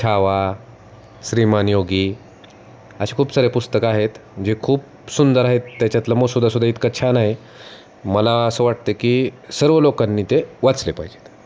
छावा श्रीमान योगी असे खूप सारे पुस्तकं आहेत जे खूप सुंदर आहेत त्याच्यातलं मसुदा सुद्धा इतका छान आहे मला असं वाटतं की सर्व लोकांनी ते वाचले पाहिजेत